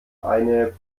eine